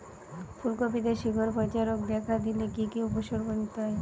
ফুলকপিতে শিকড় পচা রোগ দেখা দিলে কি কি উপসর্গ নিতে হয়?